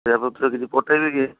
ପଇସାପତ୍ର କିଛି ପଠେଇବେ କି